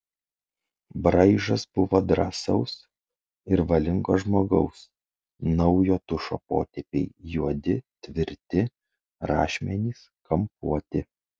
braižas buvo drąsaus ir valingo žmogaus naujo tušo potėpiai juodi tvirti rašmenys kampuoti